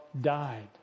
died